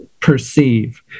perceive